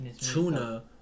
tuna